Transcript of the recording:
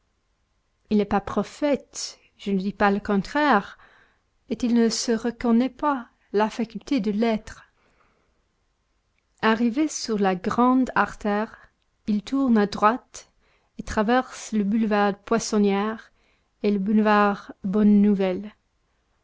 il n'est pas prophète je ne dis pas le contraire et il ne se reconnaît pas la faculté de l'être arrivé sur la grande artère il tourne à droite et traverse le boulevard poissonnière et le boulevard